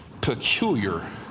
peculiar